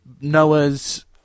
Noah's